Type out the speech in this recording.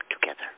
together